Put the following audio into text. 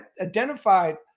identified